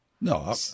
No